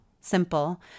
simple